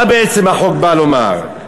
מה בעצם החוק בא לומר?